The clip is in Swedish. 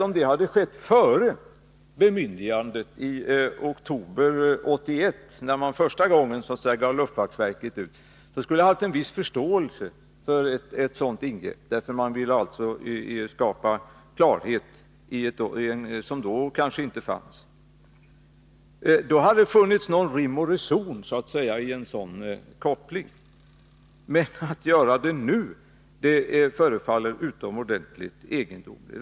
Om detta hade skett före oktober 1981, när man första gången gav luftfartsverket ett bemyndigande, skulle jag ha haft en viss förståelse för ett sådant ingripande i syfte att skapa klarhet, som då kanske inte fanns. Då hade det funnits någon rim och reson i en sådan koppling. Men att göra det nu förefaller utomordentligt egendomligt.